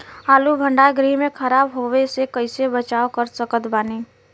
आलू भंडार गृह में खराब होवे से कइसे बचाव कर सकत बानी?